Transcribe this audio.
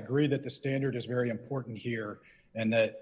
agree that the standard is very important here and that